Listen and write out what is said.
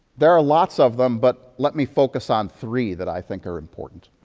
there are lots of them, but let me focus on three that i think are important.